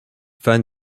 fan